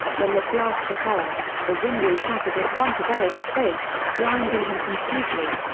when the blast occurred, the window shattered in front of eric's face, blinding him completely.